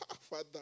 Father